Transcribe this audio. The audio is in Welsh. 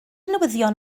newyddion